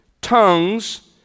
tongues